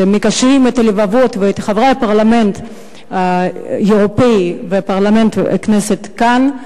שמקשרים את הלבבות ואת חברי הפרלמנט האירופי והפרלמנט בכנסת כאן.